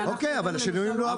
אוקיי, אבל השינויים לא עברו.